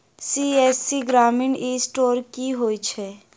CSC ग्रामीण e store की होइ छै?